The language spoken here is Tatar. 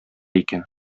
икән